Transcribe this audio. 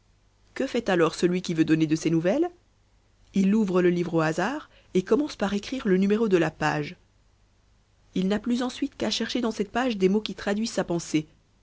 que fait alors celui qui veut donner de ses nouvelles il ouvre le livre au hasard et commence par écrire le numéro de la page il n'a plus ensuite qu'à chercher dans cette page des mots qui traduisent sa pensée